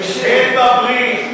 הן בברית,